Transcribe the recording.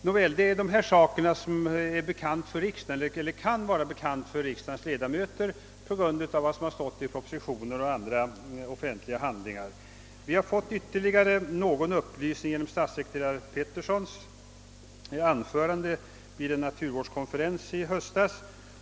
Nåväl, dessa fakta kan vara bekanta för riksdagens ledamöter genom vad som har stått i propositioner och andra offentliga handlingar. Vi har fått några ytterligare upplysningar genom statssekreterare Petersons anförande vid en naturvårdskonferens i höstas.